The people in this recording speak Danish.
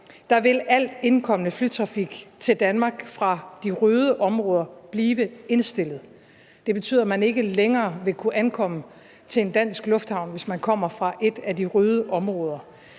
dag vil al indkommende flytrafik til Danmark fra de røde områder blive indstillet. Det betyder, at man ikke længere vil kunne ankomme til en dansk lufthavn, hvis man kommer fra et af de røde områder.